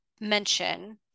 mention